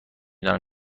دانم